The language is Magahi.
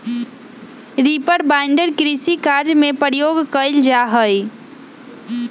रीपर बाइंडर कृषि कार्य में प्रयोग कइल जा हई